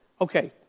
Okay